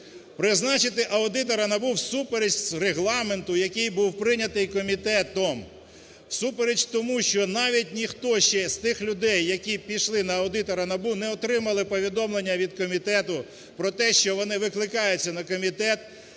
Призначити аудитора НАБУ всупереч регламенту, який був прийнятий комітетом. Всупереч тому, що навіть ніхто ще з тих людей, які пішли на аудитора НАБУ, не отримали повідомлення від комітету про те, що вони викликаються на комітет